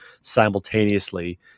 simultaneously